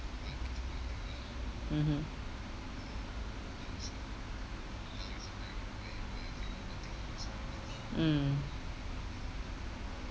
mmhmm mm